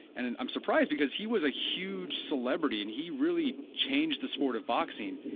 and and i'm surprised because he was a huge celebrity and he really changed the sport of boxing.